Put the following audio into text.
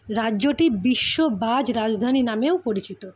রাজ্যটি বিশ্ব বাজ রাজধানী নামেও পরিচিত